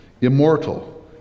immortal